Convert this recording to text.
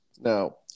Now